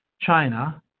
China